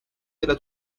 della